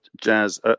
jazz